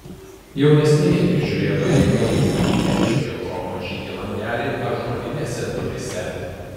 jaunesnieji prižiūrėtojai paeiliui dėbčiojo pro mažytį langelį ąžuolinėse duryse